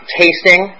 tasting